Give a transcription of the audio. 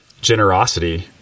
generosity